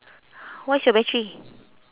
what's your battery